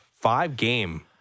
five-game